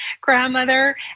grandmother